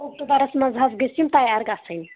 اوٚکٹوٗبرَس منٛز حظ گٔژھۍ یِم تیار گَژھٕنۍ